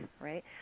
right